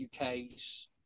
UK's